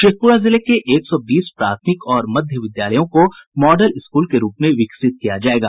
शेखपुरा जिले के एक सौ बीस प्राथमिक और मध्य विद्यालयों को मॉडल स्कूल के रूप में विकसित किया जायेगा